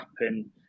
happen